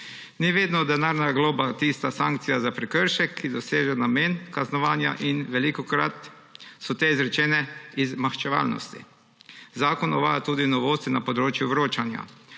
Ni vedno denarna globa tista sankcija za prekršek, ki doseže namen kaznovanja in velikokrat so te izrečene iz maščevalnosti. Zakon uvaja tudi novosti na področju vročanja.